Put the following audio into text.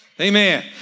Amen